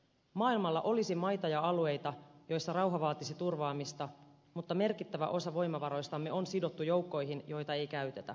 maailmalla olisi maita ja alueita missä rauha vaatisi turvaamista mutta merkittävä osa voimavaroistamme on sidottu joukkoihin joita ei käytetä